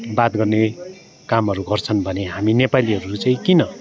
बात गर्ने कामहरू गर्छन् भने हामी नेपालीहरू चाहिँ किन